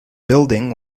building